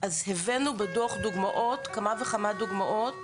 והבאנו כמה וכמה דוגמאות